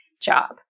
job